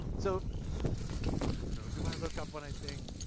so i don't know. do i look up when i think?